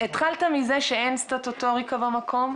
התחלת מזה שאין סטטוטוריקה במקום,